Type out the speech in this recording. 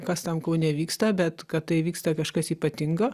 kas tam kaune vyksta bet kad tai vyksta kažkas ypatingo